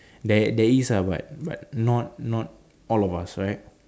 there there is lah but but not not all of us right